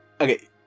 Okay